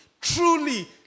truly